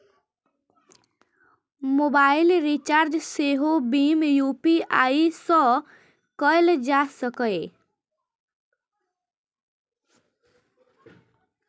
mobile recharge सेहो भीम UPI सं कैल जा सकैए